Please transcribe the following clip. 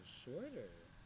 shorter